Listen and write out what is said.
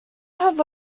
have